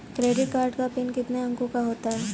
Credit card का PIN कितने अंकों का होता है?